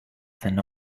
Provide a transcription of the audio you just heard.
than